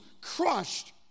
crushed